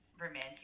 romantic